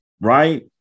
right